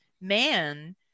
man